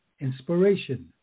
inspiration